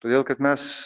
todėl kad mes